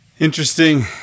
Interesting